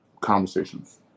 conversations